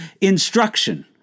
instruction